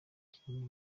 kinini